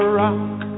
rock